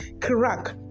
crack